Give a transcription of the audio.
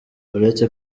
uretse